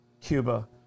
Cuba